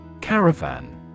Caravan